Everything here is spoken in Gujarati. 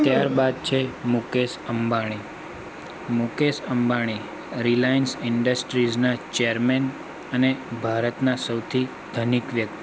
ત્યારબાદ છે મુકેશ અંબાણી મુકેશ અંબાણી રિલાયન્સ ઇન્ડસ્ટ્રીઝના ચેરમેન અને ભારતના સૌથી ધનિક વ્યક્તિ છે